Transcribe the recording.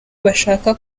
bashaka